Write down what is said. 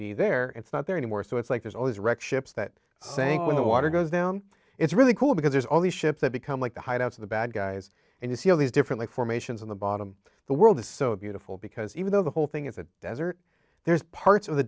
be there it's not there anymore so it's like there's always a wreck ships that sank when the water goes down it's really cool because there's all these ships that become like the hideouts of the bad guys and you see all these different formations on the bottom of the world it's so beautiful because even though the whole thing is a desert there's parts of the